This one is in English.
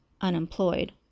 Unemployed